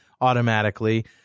automatically